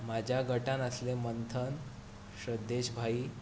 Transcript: म्हज्या गटान आसले मंथन श्रद्धेश भाई